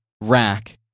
rack